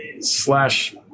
slash